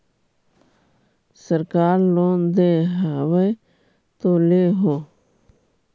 सरकार लोन दे हबै तो ले हो?